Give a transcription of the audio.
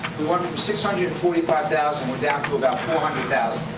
went from six hundred and forty five thousand, went down to about four hundred thousand.